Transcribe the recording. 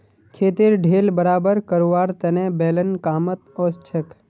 खेतेर ढेल बराबर करवार तने बेलन कामत ओसछेक